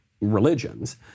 religions